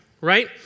right